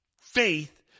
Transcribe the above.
Faith